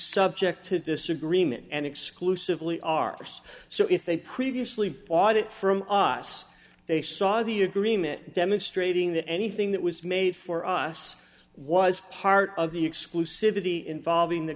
subject to disagreement and exclusively ours so if they previously audit from us they saw the agreement demonstrating that anything that was made for us was part of the exclusivity involving the